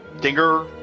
dinger-